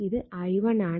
ഇത് i1 ആണ്